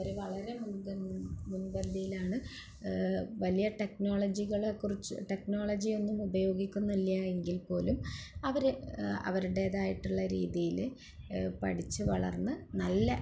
അവര് വളരെ മുൻപന്തിയിലാണ് വലിയ ടെക്നോളോജികള് കുറിച്ച് ടെക്നോളജി ഒന്നും ഉപയോഗിക്കുന്നില്ല എങ്കിൽപ്പോലും അവര് അവരുടേതായിട്ടുള്ള രീതിയില് പഠിച്ചുവളർന്ന് നല്ല